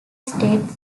state